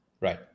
right